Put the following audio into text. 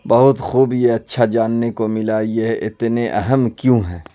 بہت خوب یہ اچھا جاننے کو ملا یہ اتنے اہم کیوں ہیں